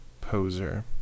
poser